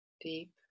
Deep